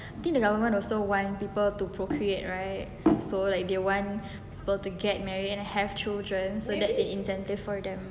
I think the government also want people to procreate right so like they want people to get married have children so that's an incentive for them